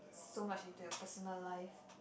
so much into your personal life